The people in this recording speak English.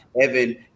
Evan